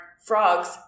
Frogs